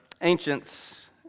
ancients